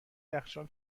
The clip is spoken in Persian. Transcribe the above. یخچال